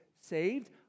saved